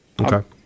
Okay